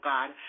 God